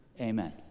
Amen